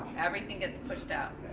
everything gets pushed out.